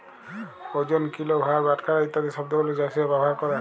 ওজন, কিলো, ভার, বাটখারা ইত্যাদি শব্দ গুলো চাষীরা ব্যবহার ক্যরে